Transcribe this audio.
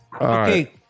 Okay